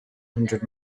hundred